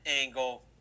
angle